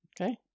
Okay